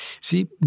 See